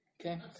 okay